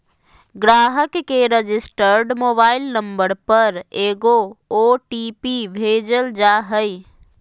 ग्राहक के registered mobile number पर एगो ओ.टी.पी भेजल जा हइ